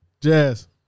Jazz